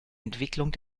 entwicklung